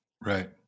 right